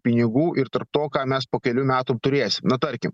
pinigų ir tarp to ką mes po kelių metų turėsim na tarkim